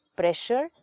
pressure